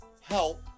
help